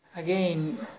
Again